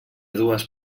dues